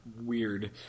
weird